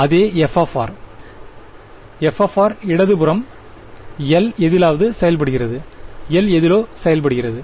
அதே f f இடது புறம் L எதிலாவது செயல்படுகிறது L எதிலோ செயல்படுகிறது